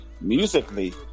musically